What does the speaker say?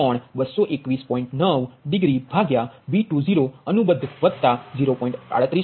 9 degree ભાગ્યા V20 વત્તા 0